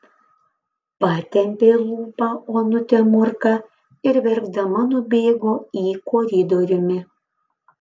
patempė lūpą onutė morka ir verkdama nubėgo į koridoriumi